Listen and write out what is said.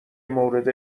مورد